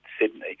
Sydney